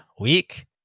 week